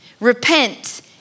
Repent